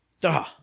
Duh